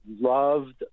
loved